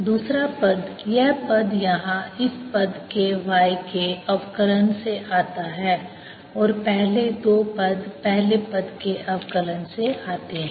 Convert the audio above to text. दूसरा पद यह पद यहाँ इस पद y के अवकलन से आता है और पहले दो पद पहले पद के अवकलन से आते हैं